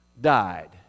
died